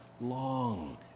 long